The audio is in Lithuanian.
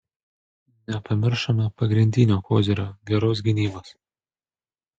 nepamiršome pagrindinio kozirio geros gynybos